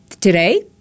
today